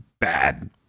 bad